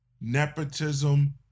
nepotism